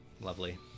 Lovely